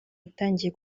yatangiye